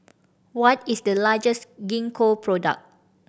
what is the largest Gingko product